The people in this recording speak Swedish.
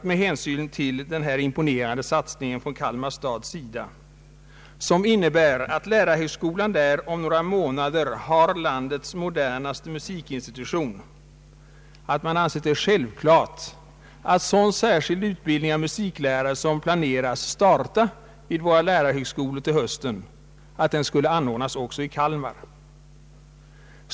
Med hänsyn till denna imponerande satsning från Kalmar stads sida, som innebär att lärarhögskolan där om några månader har landets modernaste musikinstitution, har man ansett det självklart att sådan särskild utbildning av musiklärare som planeras starta vid våra lärarhögskolor till hösten skulle anordnas också i Kalmar.